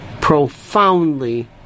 Profoundly